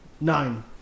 Nine